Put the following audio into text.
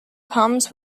palms